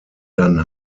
dann